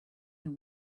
you